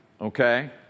okay